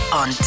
on